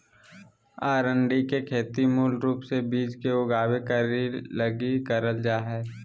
अरंडी के खेती मूल रूप से बिज के उगाबे लगी करल जा हइ